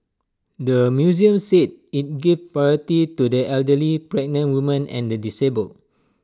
the museum said IT gave priority to the elderly pregnant women and the disabled